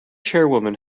chairwoman